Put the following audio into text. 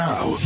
Now